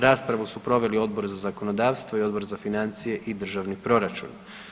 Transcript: Raspravu su proveli Odbor za zakonodavstvo i Odbor za financije i državni proračun.